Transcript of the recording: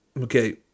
Okay